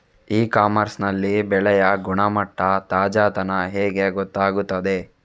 E commerce ನಲ್ಲಿ ಬೆಳೆಯ ಗುಣಮಟ್ಟ, ತಾಜಾತನ ಹೇಗೆ ಗೊತ್ತಾಗುತ್ತದೆ?